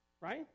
right